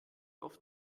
auf